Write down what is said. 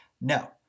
No